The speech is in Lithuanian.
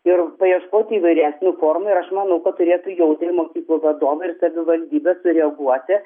ir paieškoti įvairesnių formų ir aš manau kad turėtų jautriai mokyklų vadovai ir savivaldybės sureaguoti